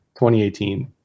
2018